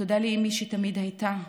תודה לאימי, שתמיד הייתה